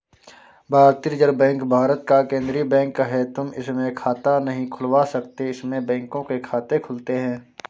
भारतीय reserve bank Bharat का केन्द्रीय बैंक है, तुम इसमें खाता नहीं खुलवा सकते इसमें बैंकों के खाते खुलते हैं